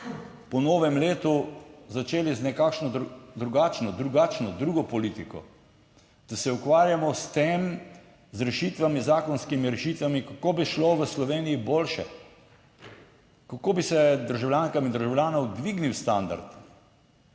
po novem letu začeli z nekakšno drugačno, drugačno, drugo politiko, da se ukvarjamo s tem, z rešitvami, z zakonskimi rešitvami kako bi šlo v Sloveniji boljše, kako bi se državljankam in državljanom dvignil standard,